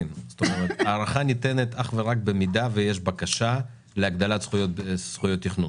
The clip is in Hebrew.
הארכה ניתנת אך ורק במידה ויש בקשה להגדלת זכויות התכנון.